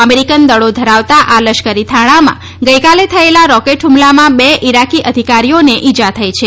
American દળો ધરાવતા આ લશ્કરી થાણામાં ગઈકાલે થયેલા રોકેટ હ્મલામાં બે ઈરાકી અધિકારીઓને ઈજા થઈ છે